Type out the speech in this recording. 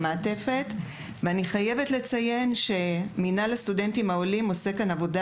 אני חייבת לציין שמינהל הסטודנטים העולים עושה עבודה